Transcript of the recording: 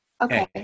Okay